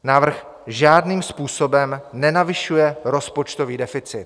Návrh žádným způsobem nenavyšuje rozpočtový deficit.